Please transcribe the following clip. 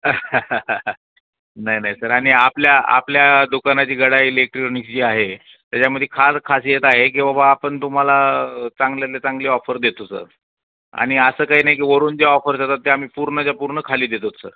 नाही नाही सर आणि आपल्या आपल्या दुकानाची गडा इलेक्ट्रॉनिक्स जी आहे त्याच्यामध्ये खार खासियत आहे की बबा आपण तुम्हाला चांगल्यात चांगली ऑफर देतो सर आणि असं काही नाही की वरून ज्या ऑफर्स देतात ते आम्ही पूर्णच्या पूर्ण खाली देतो सर